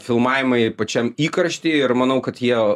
filmavimai pačiam įkaršty ir manau kad jie